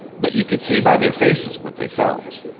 but you could see by their faces what they felt.